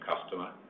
customer